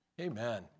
Amen